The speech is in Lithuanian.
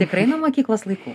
tikrai nuo mokyklos laikų